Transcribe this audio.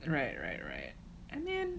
right right right and then